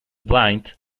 blind